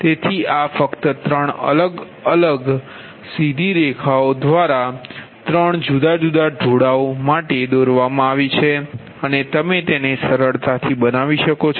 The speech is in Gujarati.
તેથી આ ફક્ત ત્રણ અલગ અલગ સીધી રેખાઓ ત્રણ જુદા જુદા ઢોળાવ સાથે દોરવામાં આવી છે અને તમે તેને સરળતાથી બનાવી શકો છો